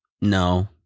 no